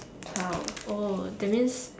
twelve oh that means